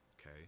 okay